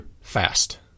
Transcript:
fast